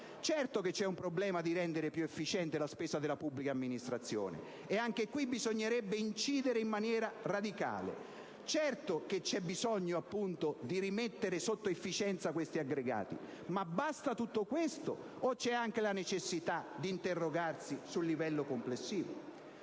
Certamente esiste il problema di rendere più efficiente la spesa della pubblica amministrazione, e anche qui bisognerebbe incidere in maniera radicale. Certamente vi è il bisogno, appunto, di rimettere sotto efficienza questi aggregati, ma basta tutto questo, o c'è anche la necessità di interrogarsi sul livello complessivo?